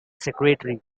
secretary